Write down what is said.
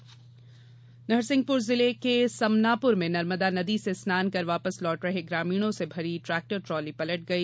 मुख्यमंत्री संवेदना नरसिंहपुर जिले के समनापुर में नर्मदा नदी से स्नान कर वापस लौट रहे ग्रामीणों से भरी ट्रेक्टर ट्राली पलट गई